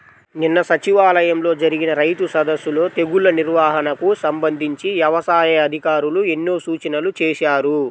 నిన్న సచివాలయంలో జరిగిన రైతు సదస్సులో తెగుల్ల నిర్వహణకు సంబంధించి యవసాయ అధికారులు ఎన్నో సూచనలు చేశారు